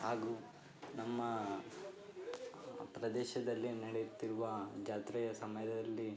ಹಾಗು ನಮ್ಮ ಪ್ರದೇಶದಲ್ಲಿ ನಡೆಯುತ್ತಿರುವ ಜಾತ್ರೆಯ ಸಮಯದಲ್ಲಿ